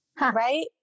Right